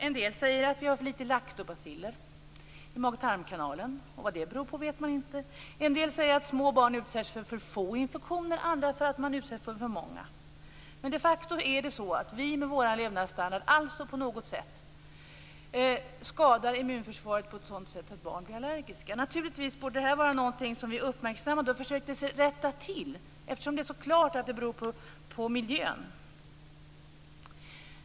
En del säger att vi har för litet lactobaciller i mag-tarmkanalen. Vad det beror på vet man inte. En del säger att små barn utsätts för för få infektioner och andra säger att de utsätts för för många. Men de facto skadar vi med vår levnadsstandard på något sätt immunförsvaret på ett sådan sätt att barn blir allergiska. Naturligtvis borde det vara någonting som vi uppmärksammade och försökte rätta till, eftersom det är så klart att det beror på miljön.